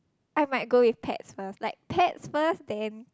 I might go with pets first like pets first then